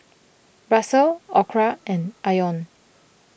Russel Orra and Ione